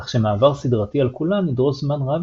כך שמעבר סדרתי על כולן ידרוש זמן רב